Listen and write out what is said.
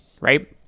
right